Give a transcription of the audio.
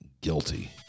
Guilty